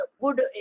good